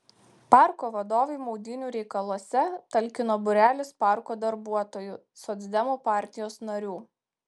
parko vadovui maudynių reikaluose talkino būrelis parko darbuotojų socdemų partijos narių